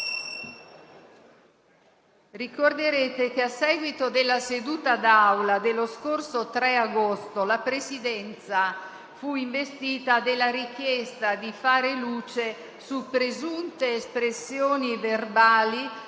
ricorderete che, a seguito della seduta dell'Assemblea dello scorso 3 agosto, la Presidenza fu investita della richiesta di fare luce su presunte espressioni verbali